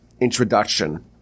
introduction